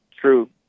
True